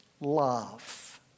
love